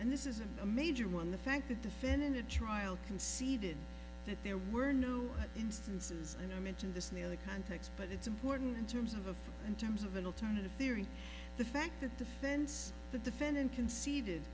and this is a major one the fact that the finn in a trial conceded that there were no instances and i mentioned this near the context but it's important in terms of in terms of an alternative theory the fact that defense the defendant conceded